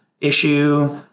issue